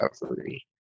recovery